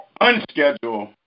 unscheduled